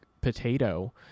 potato